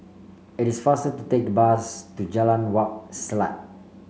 it is faster to take the bus to Jalan Wak Selat